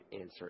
answer